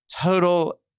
total